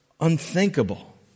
unthinkable